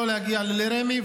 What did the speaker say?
לא להגיע לרמ"י,